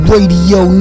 Radio